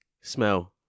Smell